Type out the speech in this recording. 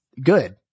good